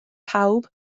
pawb